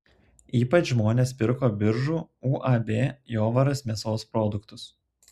ypač žmonės pirko biržų uab jovaras mėsos produktus